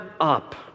up